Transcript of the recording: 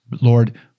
Lord